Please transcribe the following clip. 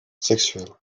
sexuelle